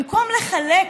במקום לחלק